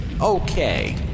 okay